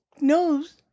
knows